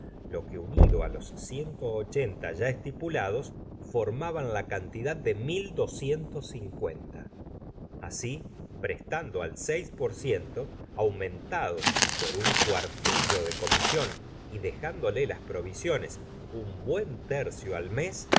lo que unido á los ciento ochenta ya estipulados formaban la cantidad de mil doscientos cincuenta así prestando al seis por ciento aumentado por un cuartillo de comisión y dejándole las provisiones un buen tercio al mes